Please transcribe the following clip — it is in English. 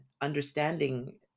understanding